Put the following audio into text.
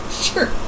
sure